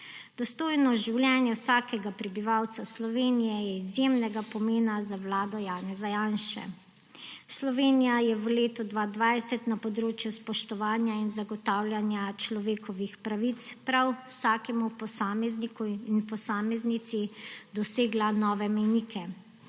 Dostojno življenje vsakega prebivalca Slovenije je izjemnega pomena za vlado Janeza Janše. Slovenija je v letu 2020 na področju spoštovanja in zagotavljanja človekovih pravic prav vsakega posameznika in posameznice dosegla nove mejnike.